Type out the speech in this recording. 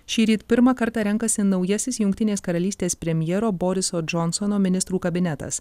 šįryt pirmą kartą renkasi naujasis jungtinės karalystės premjero boriso džonsono ministrų kabinetas